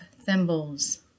thimbles